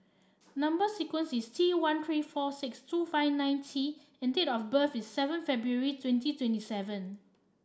number sequence is T one three four six two five nine T and date of birth is seven February twenty twenty seven